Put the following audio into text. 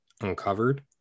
uncovered